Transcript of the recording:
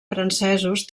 francesos